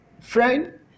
friend